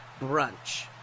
brunch